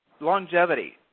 Longevity